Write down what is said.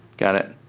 got it.